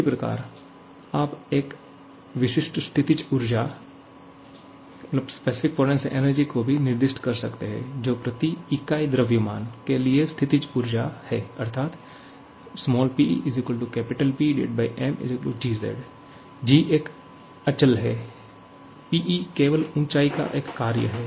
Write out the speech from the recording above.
इसी प्रकार आप एक विशिष्ट स्थितिज ऊर्जा को भी निर्दिष्ट कर सकते हैं जो प्रति इकाई द्रव्यमान के लिए स्थितिज ऊर्जा है अर्थात PePEmgz g एक अचल है Pe केवल ऊंचाई का एक कार्य है